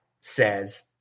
says